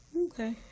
Okay